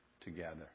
together